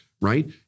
right